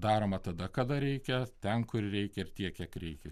daroma tada kada reikia ten kur reikia tiek kiek reikia